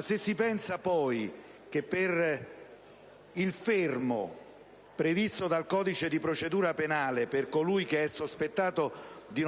Si pensi anche al fermo previsto dal codice di procedura penale per colui che è sospettato di